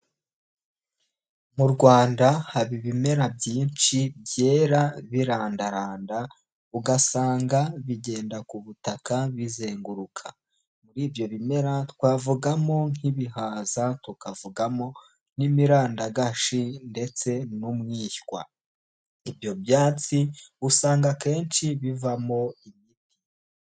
Mu Rwanda haba ibimera byinshi byera birandaranda, ugasanga bigenda ku butaka bizenguruka. Muri ibyo bimera twavugamo nk'ibihaza, tukavugamo n'imirandagashi ndetse n'umwishywa. Ibyo byatsi usanga akenshi bivamo imiti.